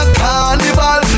carnival